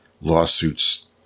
lawsuits